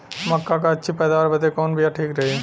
मक्का क अच्छी पैदावार बदे कवन बिया ठीक रही?